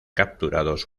capturados